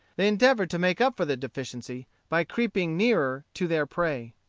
they endeavored to make up for the deficiency by creeping nearer to their prey.